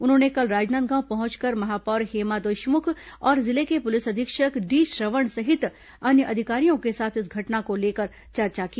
उन्होंने कल राजनांदगांव पहुंचकर महापौर हेमा देशमुख और जिले के पुलिस अधीक्षक डी श्रवण सहित अन्य अधिकारियों के साथ इस घटना को लेकर चर्चा की